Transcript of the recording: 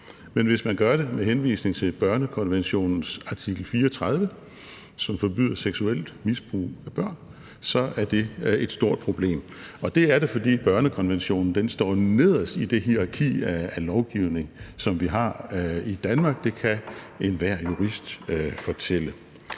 men hvis man gør det med henvisning til børnekonventionens artikel 34, som forbyder seksuelt misbrug af børn, så er det et stort problem, og det er det, fordi børnekonventionen står nederst i det hierarki af lovgivning, som vi har i Danmark; det kan enhver jurist fortælle.